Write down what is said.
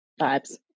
Vibes